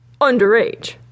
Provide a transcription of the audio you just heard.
Underage